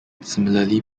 similarly